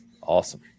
Awesome